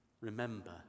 remember